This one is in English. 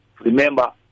Remember